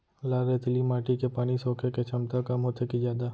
लाल रेतीली माटी के पानी सोखे के क्षमता कम होथे की जादा?